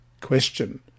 Question